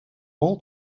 all